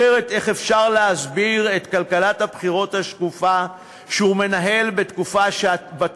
אחרת איך אפשר להסביר את כלכלת הבחירות השקופה שהוא מנהל בתקופה